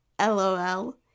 LOL